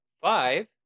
five